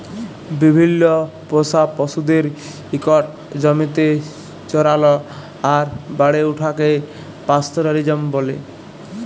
বিভিল্ল্য পোষা পশুদের ইকট জমিতে চরাল আর বাড়ে উঠাকে পাস্তরেলিজম ব্যলে